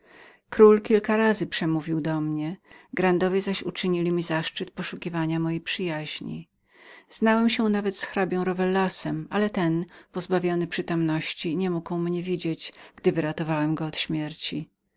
król kilka razy przemówił do mnie grandowie zaś uczynili mi zaszczyt poszukiwania mojej przyjaźni znałem się nawet z hrabią rowellas ale ten pozbawiony przytomności nie mógł mnie widzieć gdy wyratowałem go od śmierci